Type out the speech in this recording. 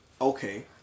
Okay